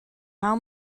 how